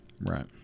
Right